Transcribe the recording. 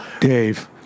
Dave